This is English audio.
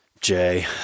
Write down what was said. jay